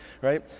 right